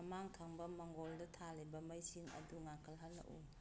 ꯃꯃꯥꯡ ꯊꯪꯕ ꯃꯥꯡꯒꯣꯜꯗ ꯊꯥꯜꯂꯤꯕ ꯃꯩꯁꯤꯡ ꯑꯗꯨ ꯉꯥꯟꯈꯠꯍꯜꯂꯛꯎ